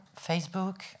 Facebook